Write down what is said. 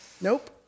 Nope